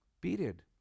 period